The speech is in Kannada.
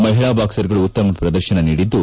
ಮಹಿಳಾ ಬಾಕ್ಸರ್ಗಳು ಉತ್ತಮ ಪ್ರದರ್ಶನ ನೀಡಿದ್ದು